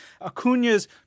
Acuna's